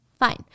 Fine